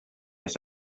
des